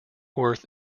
worth